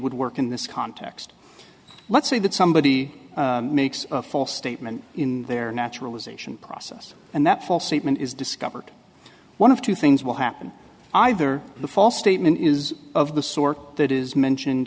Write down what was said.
would work in this context let's say that somebody makes a false statement in their naturalization process and that false statement is discovered one of two things will happen either the false statement is of the sort that is mentioned